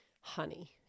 honey